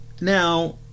Now